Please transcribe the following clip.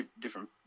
different